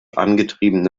angetriebene